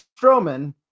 Strowman